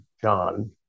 john